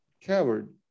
coward